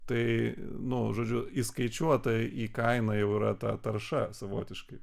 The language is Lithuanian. tai nu žodžiu įskaičiuota į kainą jau yra ta tarša savotiškai